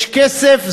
יש כסף.